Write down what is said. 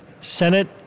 senate